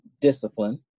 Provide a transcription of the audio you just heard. discipline